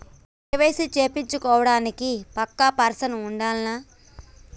KYC చేపిచ్చుకోవడానికి పక్కా person ఉండాల్నా?